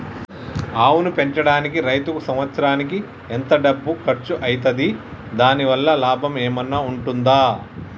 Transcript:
ఆవును పెంచడానికి రైతుకు సంవత్సరానికి ఎంత డబ్బు ఖర్చు అయితది? దాని వల్ల లాభం ఏమన్నా ఉంటుందా?